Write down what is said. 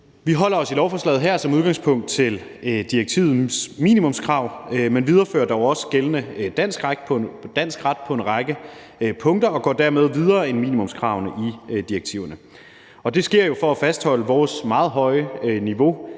Vi holder os i lovforslaget her som udgangspunkt til direktivets minimumskrav, men viderefører dog også gældende dansk ret på en række punkter og går dermed videre end minimumskravene i direktivet. Det sker jo for at fastholde vores meget høje niveau